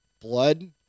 Blood